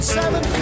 seven